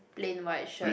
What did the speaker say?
plain white shirt